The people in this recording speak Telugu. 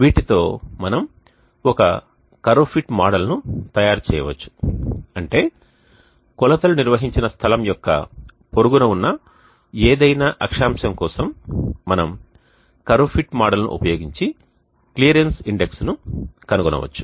వీటితో మనము ఒక కర్వ్ ఫిట్ మోడల్ను తయారు చేయవచ్చు అంటే కొలతలు నిర్వహించిన స్థలం యొక్క పొరుగున ఉన్న ఏదైనా అక్షాంశం కోసం మనము కర్వ్ ఫిట్ మోడల్ను ఉపయోగించి క్లియరెన్స్ ఇండెక్స్ను కనుగొనవచ్చు